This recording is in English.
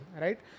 Right